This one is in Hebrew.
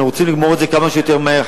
אנחנו רוצים לגמור את זה כמה שיותר מהר.